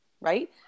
right